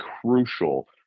crucial